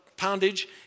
poundage